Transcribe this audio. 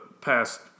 past